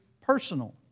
personal